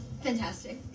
fantastic